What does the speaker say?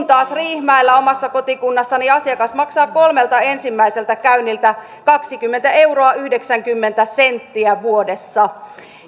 taas riihimäellä omassa kotikunnassani asiakas maksaa kolmelta ensimmäiseltä käynniltä kaksikymmentä euroa yhdeksänkymmentä senttiä vuodessa